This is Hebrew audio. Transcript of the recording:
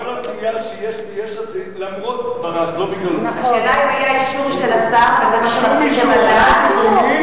כל הבנייה שיש ביש"ע זה למרות ברק, לא בגללו.